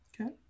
okay